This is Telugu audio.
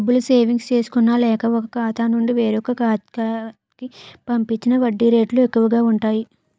డబ్బులు సేవింగ్స్ చేసుకున్న లేక, ఒక ఖాతా నుండి వేరొక ఖాతా కి పంపించిన వడ్డీ రేట్లు ఎక్కువు గా ఉంటాయి